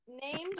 Named